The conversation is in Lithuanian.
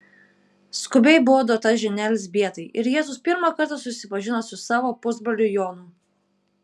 skubiai buvo duota žinia elzbietai ir jėzus pirmą kartą susipažino su savo pusbroliu jonu